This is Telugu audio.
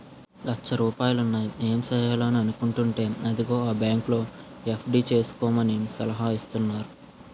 లచ్చ రూపాయలున్నాయి ఏం సెయ్యాలా అని అనుకుంటేంటే అదిగో ఆ బాంకులో ఎఫ్.డి సేసుకోమని సలహా ఇత్తన్నారు